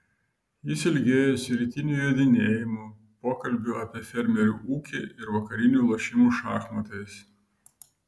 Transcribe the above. jis ilgėjosi rytinių jodinėjimų pokalbių apie fermerių ūkį ir vakarinių lošimų šachmatais